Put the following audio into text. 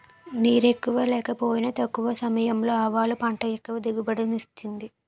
నీరెక్కువ లేకపోయినా తక్కువ సమయంలో ఆవాలు పంట ఎక్కువ దిగుబడిని ఇచ్చింది